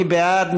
מי בעד?